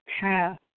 path